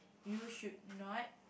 you should not